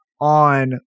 on